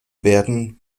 werden